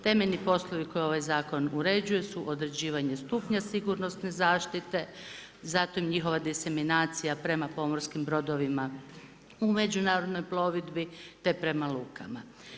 Temeljni poslovi koji ovaj zakon uređuje su određivanje stupnja sigurnosne zaštite, zato je njihova diseminacija prema pomorskim brodovima u međunarodnoj plovidbi te prema lukama.